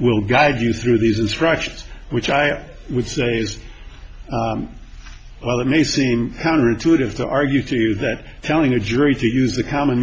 will guide you through these instructions which i would say is well it may seem counterintuitive to argue to you that telling a jury to use the common